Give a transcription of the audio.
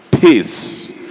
Peace